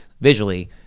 visually